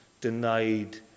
denied